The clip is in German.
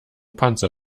panzer